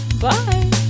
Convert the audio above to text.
Bye